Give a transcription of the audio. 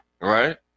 Right